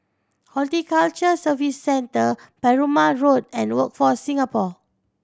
Horticulture Services Centre Perumal Road and Workforce Singapore